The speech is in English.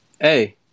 Hey